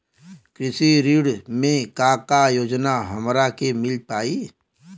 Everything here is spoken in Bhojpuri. कृषि ऋण मे का का योजना हमरा के मिल पाई?